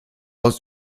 aus